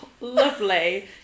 Lovely